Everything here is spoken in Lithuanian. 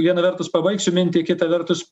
viena vertus pabaigsiu mintį kita vertus